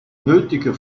nötige